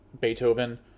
Beethoven